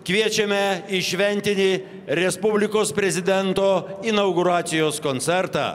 kviečiame į šventinį respublikos prezidento inauguracijos koncertą